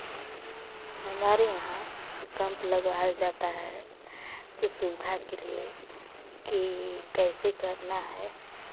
हमारे यहाँ कैंप लगवाया जाता है तो सुविधा के लिए कि कैसे करना है